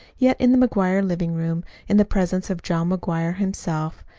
yet in the mcguire living-room, in the presence of john mcguire himself,